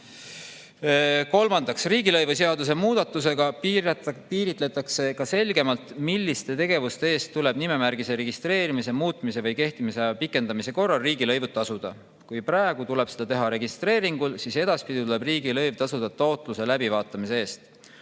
Kolmandaks, riigilõivuseaduse muudatusega piiritletakse selgemalt, milliste tegevuste eest tuleb nimemärgise registreerimise, muutmise või kehtimise aja pikendamise korral riigilõivu tasuda. Kui praegu tuleb seda teha registreeringu puhul, siis edaspidi tuleb riigilõiv tasuda taotluse läbivaatamise eest.